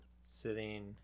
sitting